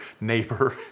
neighbor